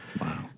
Wow